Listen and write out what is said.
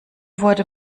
wurde